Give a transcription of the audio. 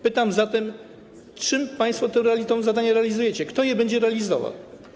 Pytam zatem, czym państwo to zadanie realizujecie, kto je będzie realizował?